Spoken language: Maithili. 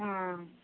हँ